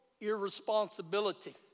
irresponsibility